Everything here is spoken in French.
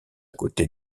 côté